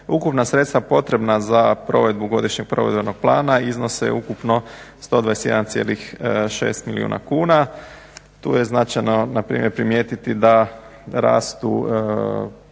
ukupna sredstva potrebna za provedbu Godišnjeg provedbenog plana iznose ukupno 121,6 milijuna kuna. Tu je značajno na primjer primijetiti da rastu